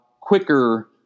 quicker